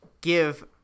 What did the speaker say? give